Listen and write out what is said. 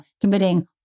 committing